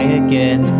again